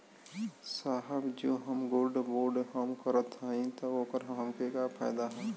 साहब जो हम गोल्ड बोंड हम करत हई त ओकर हमके का फायदा ह?